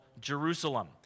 Jerusalem